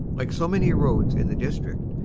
like so many roads in the district,